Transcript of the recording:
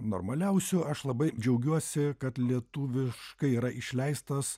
normaliausių aš labai džiaugiuosi kad lietuviškai yra išleistas